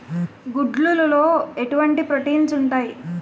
గుడ్లు లో ఎటువంటి ప్రోటీన్స్ ఉంటాయి?